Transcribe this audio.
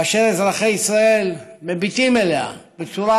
כאשר אזרחי ישראל מביטים אליה בצורה